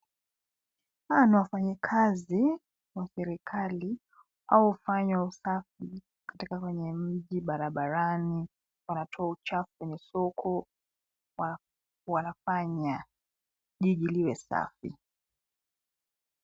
Hawa ni wafanyikazi, wa serikali, wao hufanya usafi, katika kwenye mji, barabarani, wanatoa uchafu kwenye soko, wa, wanafanya, jiji liwe safi.